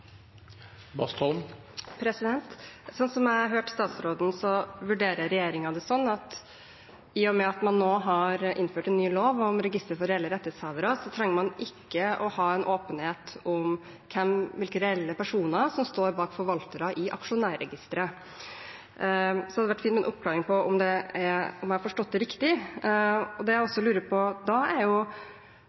jeg hørte statsråden, vurderer regjeringen det slik at i og med at man nå har innført en ny lov om register for reelle rettighetshavere, trenger man ikke å ha en åpenhet om hvilke reelle personer som står bak forvaltere i aksjonærregisteret. Det hadde vært fint med en oppklaring av om jeg har forstått det riktig. Jeg lurer også på noe i forbindelse med debatten vi hadde for to uker siden, og som det